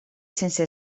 sense